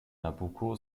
nabucco